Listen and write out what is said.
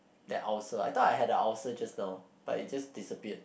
that ulcer I thought I had a ulcer just now but it just disappeared